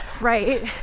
right